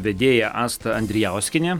vedėja asta andrijauskienė